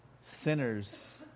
sinners